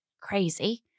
crazy